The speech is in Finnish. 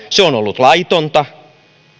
se että on ollut laitonta